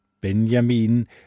Benjamin